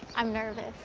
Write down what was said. i'm nervous.